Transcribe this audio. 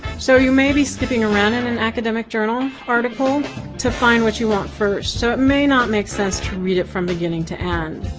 so, you may be skipping around in an academic journal article to find what you want first. so it may not make sense to read from beginning to end.